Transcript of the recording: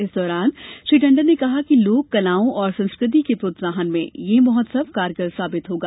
इस दौरान श्री टंडन ने कहा कि लोककलाओं और संस्कृति के प्रोत्साहन में यह महोत्सव कारगर साबित होगा